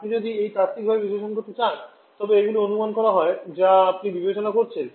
আপনি যদি এই তাত্ত্বিকভাবে বিশ্লেষণ করতে চান তবে এইগুলি অনুমান করা হয় যা আপনি বিবেচনা করছেন